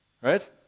Right